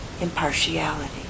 impartiality